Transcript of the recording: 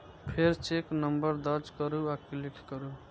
फेर cheque number दर्ज करू आ क्लिक करू